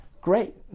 great